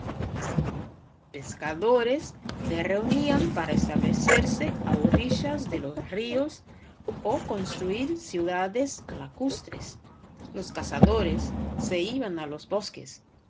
pescadores se reunían para establecerse a orillas de los ríos o construir ciudades lacustres los cazadores se iban a los bosques